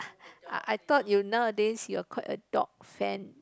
I thought you nowadays you are quite a dog fan